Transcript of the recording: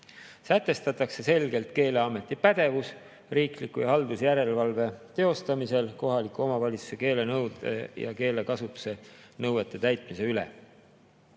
Sätestatakse selgelt Keeleameti pädevus riikliku ja haldusjärelevalve teostamisel kohaliku omavalitsuse keelenõude ja keelekasutuse nõuete täitmise üle.